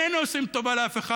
איננו עושים טובה לאף אחד.